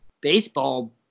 baseball